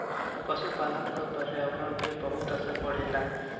पसुपालन क पर्यावरण पे बहुत असर पड़ेला